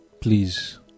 please